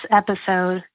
episode